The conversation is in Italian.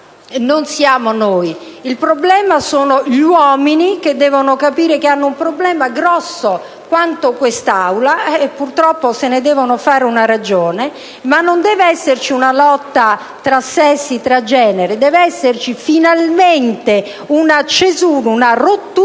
non siamo noi, ma gli uomini, che devono capire che hanno un problema grosso quanto quest'Aula e purtroppo se ne devono fare una ragione. Non deve esserci una lotta tra sessi, tra generi: deve esserci finalmente una censura, una rottura